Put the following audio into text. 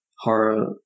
Horror